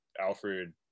Alfred